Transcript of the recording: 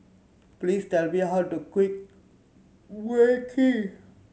please tell me how to Mui Kee